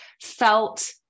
felt